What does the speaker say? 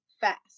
fast